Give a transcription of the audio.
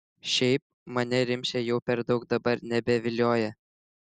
šiaip mane rimšė jau per daug dabar nebevilioja